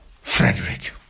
Frederick